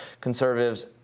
conservatives